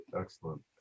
Excellent